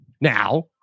now